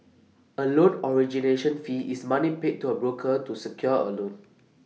A loan origination fee is money paid to A broker to secure A loan